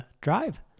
drive